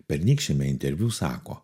pernykščiame interviu sako